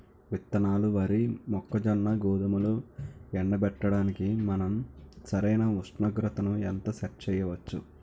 విత్తనాలు వరి, మొక్కజొన్న, గోధుమలు ఎండబెట్టడానికి మనం సరైన ఉష్ణోగ్రతను ఎంత సెట్ చేయవచ్చు?